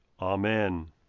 Amen